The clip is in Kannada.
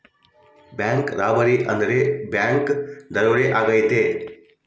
ಬ್ಯಾಂಕ್ ರಾಬರಿ ಅಂದ್ರೆ ಬ್ಯಾಂಕ್ ದರೋಡೆ ಆಗೈತೆ